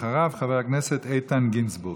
אחריו, חבר הכנסת איתן גינזבורג.